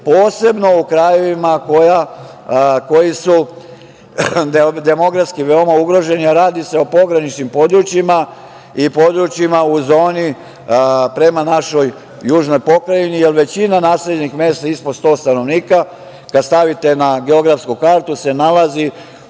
posebno u krajevima koji su demografski veoma ugroženi, a radi se o pograničnim područjima i područjima u zoni prema našoj južnoj pokrajini, jer većina naseljenih mesta ispod 100 stanovnika, kad stavite na geografsku kartu se nalazi